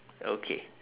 okay